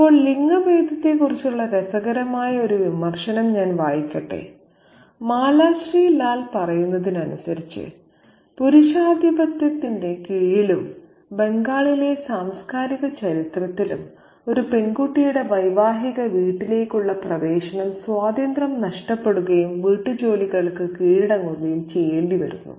ഇപ്പോൾ ലിംഗഭേദത്തെക്കുറിച്ചുള്ള രസകരമായ ഒരു വിമർശനം ഞാൻ വായിക്കട്ടെ മാലാശ്രീ ലാൽ പറയുന്നതനുസരിച്ച് പുരുഷാധിപത്യത്തിൻ കീഴിലും ബംഗാളിലെ സാംസ്കാരിക ചരിത്രത്തിലും ഒരു പെൺകുട്ടിയുടെ വൈവാഹിക വീട്ടിലേക്കുള്ള പ്രവേശനം സ്വാതന്ത്ര്യം നഷ്ടപ്പെടുകയും വീട്ടുജോലികൾക്ക് കീഴടങ്ങുകയും ചെയ്യുന്നു